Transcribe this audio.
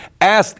asked